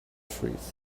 trees